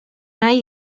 nahi